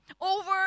over